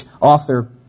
author